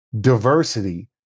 diversity